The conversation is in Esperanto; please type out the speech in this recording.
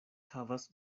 havas